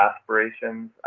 aspirations